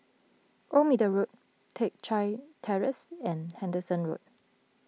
Old Middle Road Teck Chye Terrace and Henderson Road